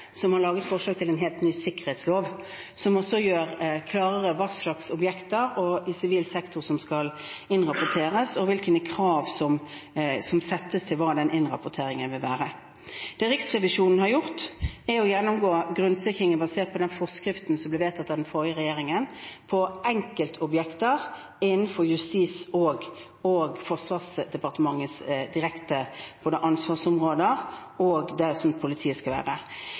som har laget forslag til en helt ny sikkerhetslov, som gjør klarere hva slags objekter i sivil sektor som skal innrapporteres, og hvilke krav som skal settes til den innrapporteringen. Det Riksrevisjonen har gjort, er å gjennomgå grunnsikringen basert på den forskriften som ble vedtatt av den forrige regjeringen, av enkeltobjekter innenfor Justisdepartementets og Forsvarsdepartementets direkte ansvarsområder og der politiet skal være.